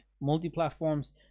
Multi-platforms